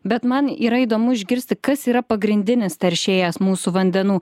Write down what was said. bet man yra įdomu išgirsti kas yra pagrindinis teršėjas mūsų vandenų